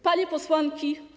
Panie Posłanki!